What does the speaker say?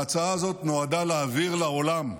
וההצעה הזאת נועדה להבהיר לעולם,